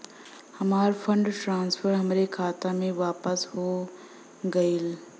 हमार fund transfer हमरे खाता मे वापस हो गईल